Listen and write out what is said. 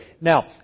Now